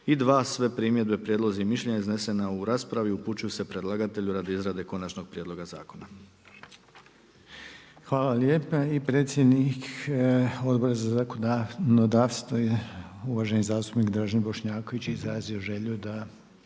I 1. Sve primjedbe, prijedlozi i mišljenja iznesena u raspravi upućuju se predlagatelju radi izrade konačnog prijedloga zakona. **Reiner, Željko (HDZ)** Hvala lijepa. I predsjednik Odbora za zakonodavstvo uvaženi zastupnik Dražen Bošnjaković izrazio želju da